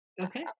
Okay